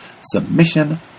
Submission